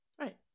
Right